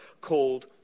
called